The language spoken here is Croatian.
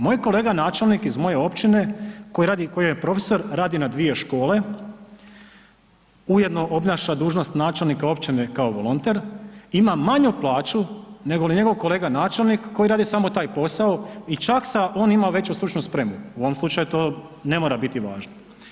Moj kolega načelnik, iz moje općine, koji radi, koji je profesor, radi na dvije škole, ujedno obnaša dužnost načelnika općine kao volonter, ima manju plaću nego li njegov kolega načelnik koji radi samo taj posao i čak sa, on ima veću stručnu spremu, u ovom slučaju to ne mora biti važno.